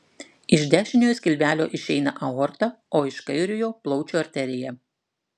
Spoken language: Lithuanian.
iš dešiniojo skilvelio išeina aorta o iš kairiojo plaučių arterija